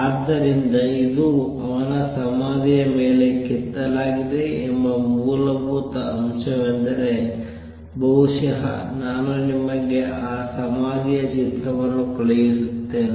ಆದ್ದರಿಂದ ಇದು ಅವನ ಸಮಾಧಿಯ ಮೇಲೆ ಕೆತ್ತಲಾಗಿದೆ ಎಂಬ ಮೂಲಭೂತ ಅಂಶವೆಂದರೆ ಬಹುಶಃ ನಾನು ನಿಮಗೆ ಆ ಸಮಾಧಿಯ ಚಿತ್ರವನ್ನು ಕಳುಹಿಸುತ್ತೇನೆ